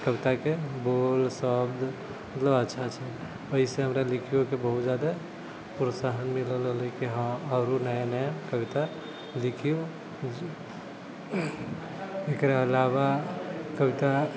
ई कविताके बोल शब्द मतलब अच्छा छै ओहिसँ हमरा लिखैओके बहुत ज्यादा प्रोत्साहन मिलल रहलै कि हँ आओरो नया नया कविता लिखिए एकर अलावा कविता